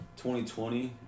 2020